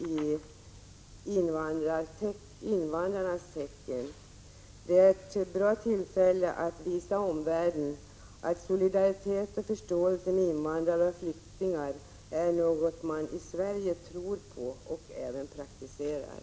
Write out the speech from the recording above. I år går vänskapsveckan i invandrarnas tecken, och det är ett bra tillfälle att visa omvärlden att solidaritet med och förståelse för invandrare och flyktingar är något som vi i Sverige tror på och även praktiserar.